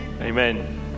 Amen